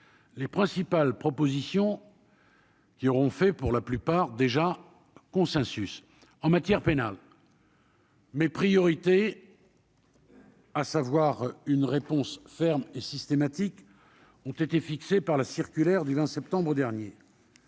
les principales propositions. Qui auront fait, pour la plupart déjà consensus en matière pénale. Mes priorités. à savoir une réponse ferme et systématiques ont été fixées par la circulaire du 20 septembre dernier